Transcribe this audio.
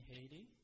Haiti